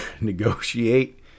negotiate